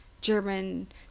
German